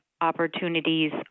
opportunities